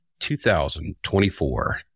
2024